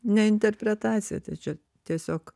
ne interpretacija tai čia tiesiog